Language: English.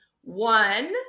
One